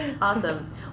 Awesome